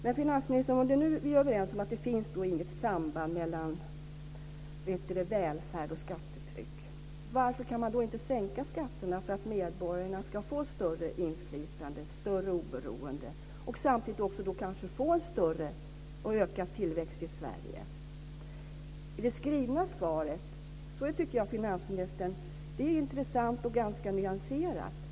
Varför kan man inte, om vi är överens om att det inte finns något samband mellan välfärd och skattetryck, sänka skatterna så att medborgarna får större inflytande och större oberoende? Samtidigt får vi kanske ökad tillväxt i Sverige. Det skrivna svaret är intressant och ganska nyanserat.